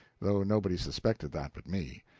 though nobody suspected that but me.